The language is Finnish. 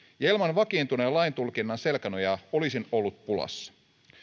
ja ilman vakiintuneen laintulkinnan selkänojaa olisin ollut pulassa